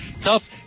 tough